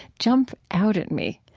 jump out at me